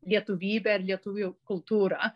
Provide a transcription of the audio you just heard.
lietuvybę ir lietuvių kultūrą